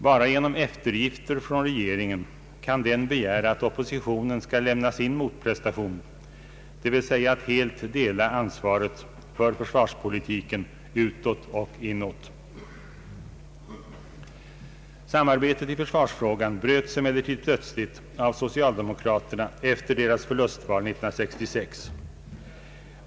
Bara genom eftergifter från regeringen kan denna begära att oppositionen skall lämna sin motprestation, dvs. att helt dela ansvaret för försvarspolitiken utåt och inåt. Samarbetet i försvarsfrågan bröts emellertid plötsligt av socialdemokraterna efter deras förlustval 1966.